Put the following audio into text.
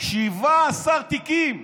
17 תיקים.